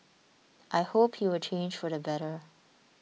I hope he will change for the better